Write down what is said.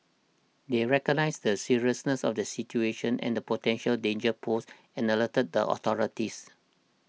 they recognised the seriousness of the situation and the potential danger posed and alerted authorities